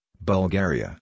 Bulgaria